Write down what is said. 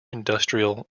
industrial